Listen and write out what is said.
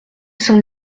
saint